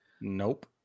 Nope